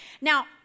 Now